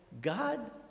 God